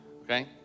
okay